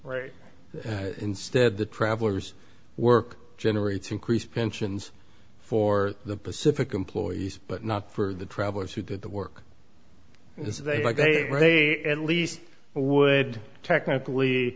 right instead the traveller's work generates increased pensions for the pacific employees but not for the travelers who did the work like they at least would technically